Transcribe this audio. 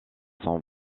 son